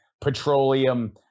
petroleum